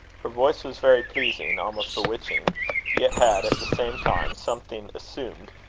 her voice was very pleasing, almost bewitching yet had, at the same time, something assumed,